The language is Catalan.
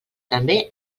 també